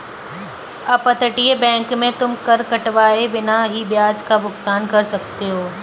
अपतटीय बैंक में तुम कर कटवाए बिना ही ब्याज का भुगतान कर सकते हो